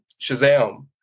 Shazam